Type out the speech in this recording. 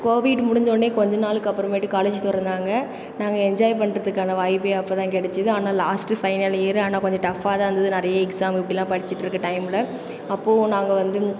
Covid முடிஞ்சவொன்னே கொஞ்ச நாளுக்கு அப்புறமேட்டு காலேஜ் திறந்தாங்க நாங்கள் என்ஜாய் பண்ணுறதுக்கான வாய்ப்பே அப்ப தான் கிடைச்சது ஆனால் லாஸ்ட் ஃபைனல் இயர் ஆனால் கொஞ்சம் டஃபாக தான் இருந்தது நிறைய எக்ஸாமுக்கு இப்படியெல்லாம் படிச்சுட்டுருக்க டைம் இல்லை அப்போ நாங்கள் வந்து